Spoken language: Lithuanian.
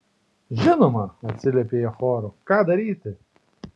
žinoma atsiliepė jie choru ką daryti